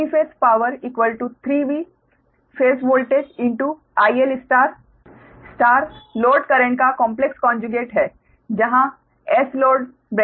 3 phase power 3V phase voltage IL star load current का complex conjugate 9 है